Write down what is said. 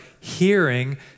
hearing